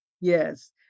Yes